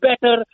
better